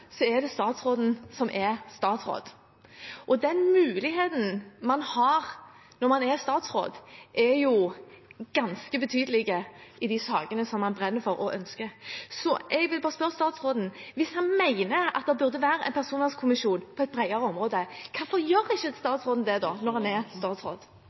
er det statsråden som er statsråd. Den muligheten man har når man er statsråd, er ganske betydelig i de sakene man brenner for og ønsker. Så jeg vil bare spørre statsråden: Hvis han mener at det burde være en personvernkommisjon på et bredere område, hvorfor gjør ikke statsråden noe med det når han er statsråd?